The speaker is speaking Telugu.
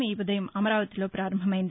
ఈ ఉదయం అమరావతిలో పారంభమైంది